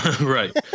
Right